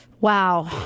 wow